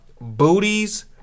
booties